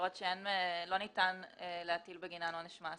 עבירות שלא ניתן להטיל בגינן עונש מאסר.